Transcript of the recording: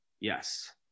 yes